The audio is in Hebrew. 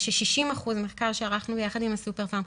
ומחקר שערכנו יחד עם הסופרפארם,